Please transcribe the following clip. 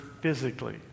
physically